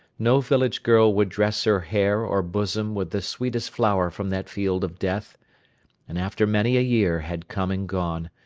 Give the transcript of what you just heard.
no village girl would dress her hair or bosom with the sweetest flower from that field of death and after many a year had come and gone,